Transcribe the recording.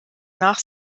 nach